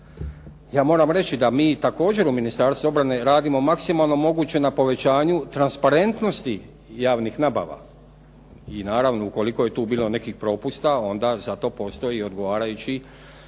ja moram reći da mi također u Ministarstvu obrane radimo maksimalno moguće na povećanju transparentnosti javnih nabava. I naravno ukoliko je tu bilo nekih propusta, onda za to postoji odgovarajući